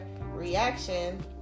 reaction